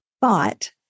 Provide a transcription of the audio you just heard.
thought